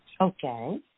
Okay